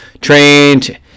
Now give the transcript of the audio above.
Trained